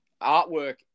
artwork